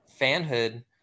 fanhood